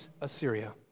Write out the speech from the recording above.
Assyria